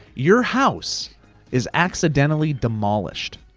your house is accidentally demolished.